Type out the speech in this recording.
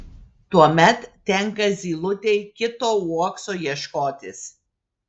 tuomet tenka zylutei kito uokso ieškotis